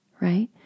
right